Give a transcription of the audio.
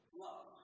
love